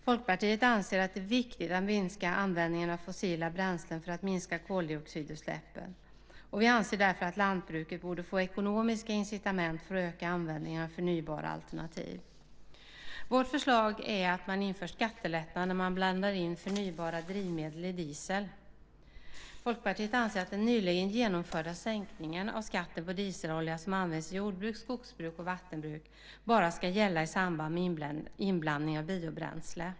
Folkpartiet anser att det är viktigt att minska användningen av fossila bränslen för att minska koldioxidutsläppen. Vi anser därför att lantbruket borde få ekonomiska incitament för att öka användningen av förnybara alternativ. Vårt förslag är att man inför skattelättnader när man blandar in förnybara drivmedel i diesel. Folkpartiet anser att den nyligen genomförda sänkningen av skatten på dieselolja som används i jordbruk, skogsbruk och vattenbruk bara ska gälla i samband med inblandning av biobränsle.